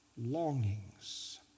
longings